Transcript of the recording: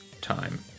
time